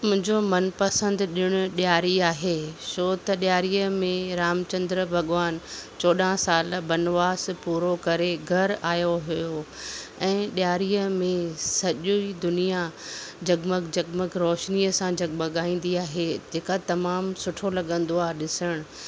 मुंहिंजो मनपसंदि ॾिणु ॾियारी आहे छो त ॾियारीइअ में रामचंद्र भॻवानु चोॾहां साल बनवास पूरो करे घर आयो हुयो ऐं डि॒यारीअ में सॼी दुनियां जगमग जगमग रोशनीअ सां जगमॻाईंदी आहे जको तमामु सुठो लॻंदो आ ॾिसणु